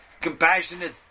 compassionate